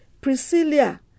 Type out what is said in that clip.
Priscilla